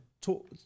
talk